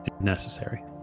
necessary